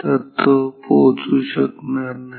तर तो पोहोचू शकणार नाही